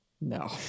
No